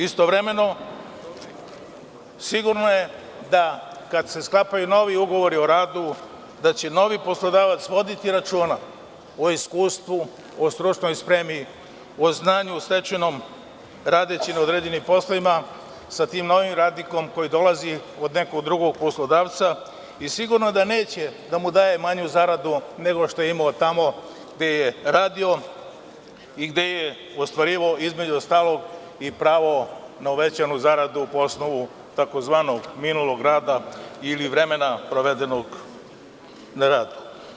Istovremeno, sigurno je da kada se sklapaju novi ugovori o radu, da će novi poslodavac voditi računa o iskustvu, o stručnoj spremi, o znanju stečenom radeći na određenim poslovima sa tim novim radnikom koji dolazi od nekog drugog poslodavca i sigurno je da neće da mu daje manju zaradu nego što je imao tamo gde je radio i gde je ostvarivao, između ostalog, i pravu na uvećanu zaradu po osnovu tzv. minulog rada, ili vremena provedenog na radu.